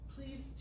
Please